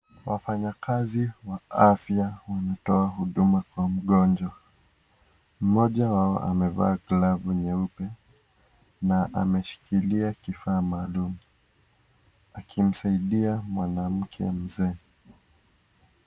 Wafanyikazi wa afya wanatoa huduma kwa mgonjwa mmoja wao amevaa glavu nyeupe na ameshikilia kifaa maalum akimsaidia mwanamke mzee.